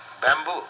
bamboo